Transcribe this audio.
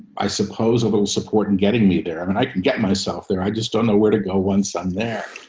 i suppose a little support and getting me there. i mean i can get myself there. i just don't know where to go once i'm there.